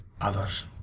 others